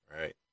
right